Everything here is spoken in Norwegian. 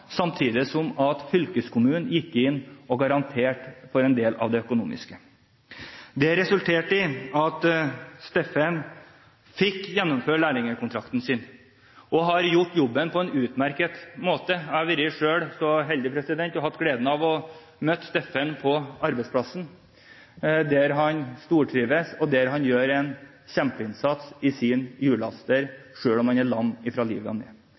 samtidig som fylkeskommunen gikk inn og garanterte for en del av det økonomiske. Det resulterte i at Steffen fikk gjennomført lærlingkontrakten sin, og han har gjort jobben på en utmerket måte. Jeg har vært så heldig og selv hatt gleden av å møte Steffen på arbeidsplassen, der han stortrives, og der han gjør en kjempeinnsats i sin hjullaster, selv om han er lam fra brystet og ned.